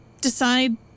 decide